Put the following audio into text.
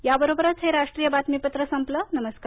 या बरोबरच हे राष्ट्रीय बातमीपत्र संपलं नमस्कार